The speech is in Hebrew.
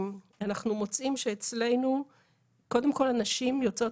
אנחנו מוצאים שאצלנו קודם כל נשים שיוצאות